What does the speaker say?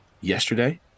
yesterday